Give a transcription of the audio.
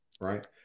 Right